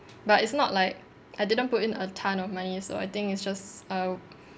but it's not like I didn't put in a ton of money so I think it's just uh